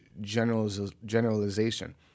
generalization